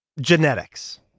genetics